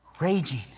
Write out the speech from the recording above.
Raging